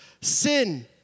sin